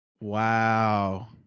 Wow